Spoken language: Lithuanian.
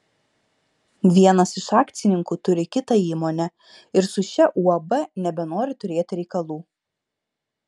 vienas iš akcininkų turi kitą įmonę ir su šia uab nebenori turėti reikalų